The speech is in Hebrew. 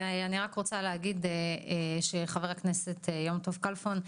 אני רק רוצה להגיד שחבר הכנסת יום טוב כלפון,